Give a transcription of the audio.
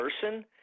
person